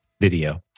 video